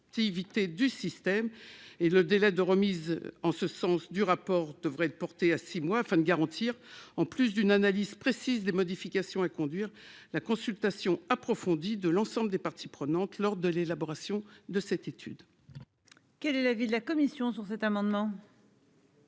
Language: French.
ce sens, le délai de remise du rapport devrait être porté à six mois, afin de garantir, en plus d'une analyse précise des modifications à conduire, la consultation approfondie de l'ensemble des parties prenantes lors de l'élaboration de cette étude. Quel est l'avis de la commission ? Cet amendement